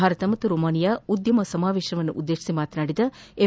ಭಾರತ ಮತ್ತು ರೊಮೇನಿಯಾ ಉದ್ಯಮ ಸಮಾವೇಶವನ್ನುದ್ದೇತಿ ಮಾತನಾಡಿದ ಎಂ